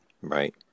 Right